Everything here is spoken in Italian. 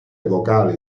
vocali